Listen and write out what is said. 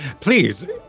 Please